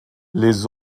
les